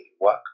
work